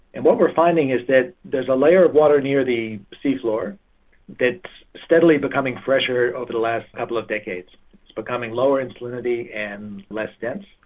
and what we're finding is that there's a layer of water near the sea floor that's steadily becoming fresher over the last couple of decades. it's becoming lower in salinity and less dense.